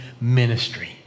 ministry